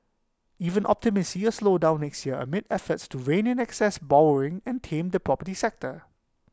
even optimists see A slowdown next year amid efforts to rein in excess borrowing and tame the property sector